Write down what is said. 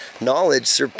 knowledge